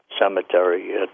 Cemetery